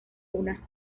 una